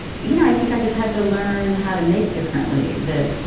you know, i think i just had to learn how to make differently, that,